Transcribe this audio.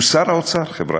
הוא שר האוצר, חבריא.